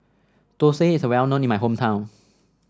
Thosai is well known in my hometown